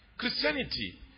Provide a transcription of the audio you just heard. Christianity